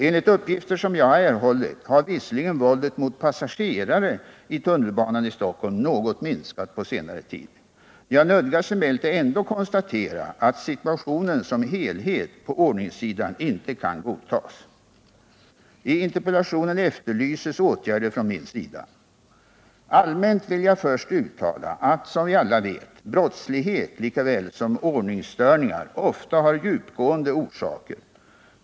Enligt uppgifter som jag har erhållit har visserligen våldet mot passagerare i tunnelbanan i Stockholm minskat något på senare tid. Jag nödgas emellertid ändå konstatera att situationen som helhet på ordningssidan inte kan godtas. I interpellationen efterlyses åtgärder från min sida. Allmänt vill jag först uttala att, som vi alla vet, brottslighet likaväl som ordningsstörningar ofta har djupgående orsaker.